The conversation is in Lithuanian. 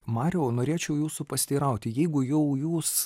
mariau norėčiau jūsų pasiteirauti jeigu jau jūs